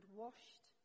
washed